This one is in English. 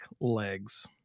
legs